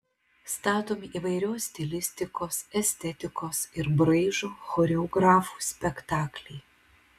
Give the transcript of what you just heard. statomi įvairios stilistikos estetikos ir braižo choreografų spektakliai